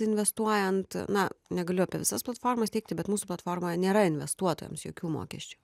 investuojant na negaliu apie visas platformas teikti bet mūsų platformoje nėra investuotojams jokių mokesčių